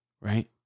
right